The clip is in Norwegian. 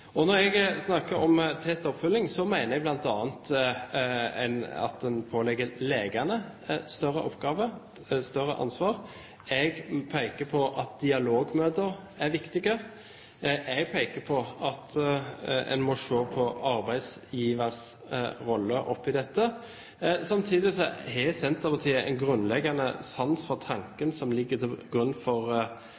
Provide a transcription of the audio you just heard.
framover. Når jeg snakket om tett oppfølging, mener jeg bl.a. at en må pålegge legene større oppgaver, større ansvar. Jeg peker på at dialogmøter er viktige. Jeg peker på at en må se på arbeidsgivers rolle i dette. Samtidig har Senterpartiet en grunnleggende sans